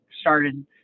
started